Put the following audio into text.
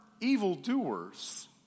evildoers